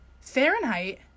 Fahrenheit